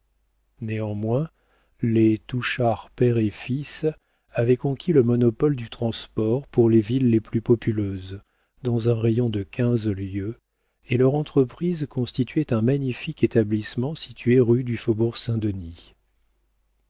néanmoins les touchard père et fils avaient conquis le monopole du transport pour les villes les plus populeuses dans un rayon de quinze lieues et leur entreprise constituait un magnifique établissement situé rue du faubourg-saint-denis